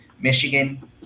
Michigan